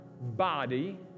body